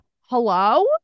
hello